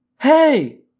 Hey